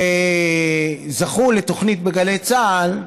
שזכו לתוכנית בגלי צה"ל,